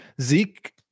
Zeke